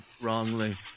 wrongly